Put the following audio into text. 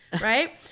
right